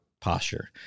Posture